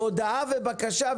שהודעה ובקשה,